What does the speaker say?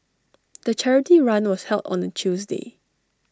the charity run was held on A Tuesday